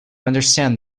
understand